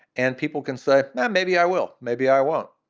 and people can say that. maybe i will. maybe i won't.